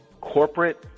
corporate